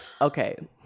Okay